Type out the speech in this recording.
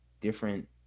different